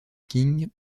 king